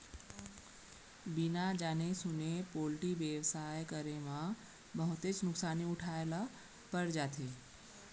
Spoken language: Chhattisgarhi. बिना जाने सूने पोल्टी बेवसाय करे म बहुतेच नुकसानी उठाए ल पर जाथे